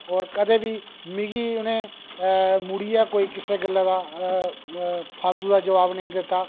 और कदें बी मिगी उ'नें मुड़ियै कोई किसे गल्ला दा फालतू दा जवाब नेईं दित्ता